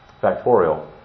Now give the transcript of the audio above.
factorial